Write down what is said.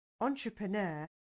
entrepreneur